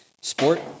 sport